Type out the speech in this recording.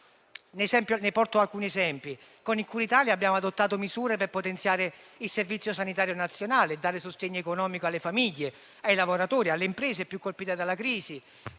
Porto alcuni esempi. Con il decreto cura Italia abbiamo adottato misure per potenziare il Servizio sanitario nazionale e dare sostegno economico alle famiglie, ai lavoratori e alle imprese più colpite dalla crisi;